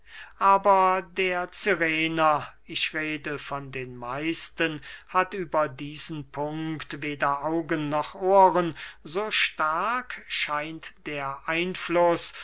aber der cyrener ich rede von den meisten hat über diesen punkt weder augen noch ohren so stark scheint der einfluß